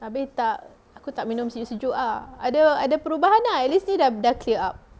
abeh tak aku tak minum sejuk-sejuk ah ada perubahan ah at least ni dah clear up